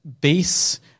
Base